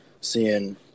seeing